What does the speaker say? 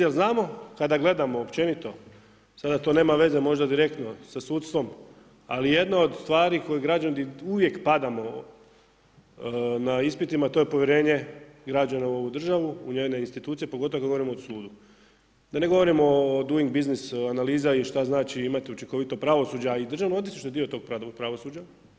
Jel znamo kada gledamo općenito, sada to nema veze možda direktno sa sudstvom, ali jedno od stvari koje građani uvijek padamo na ispitima, to je povjerenje građana u ovu državu u njene institucije, pogotovo kada govorimo o sudu, da ne govorimo o doing business analiza i šta znači imati učinkovito pravosuđe, a i državno odvjetništvo je dio tog pravosuđa.